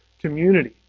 community